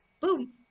boom